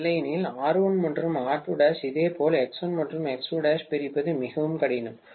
இல்லையெனில் R1 மற்றும் R2' இதேபோல் X1 மற்றும் X2' பிரிப்பது மிகவும் கடினம்